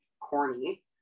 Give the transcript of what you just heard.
corny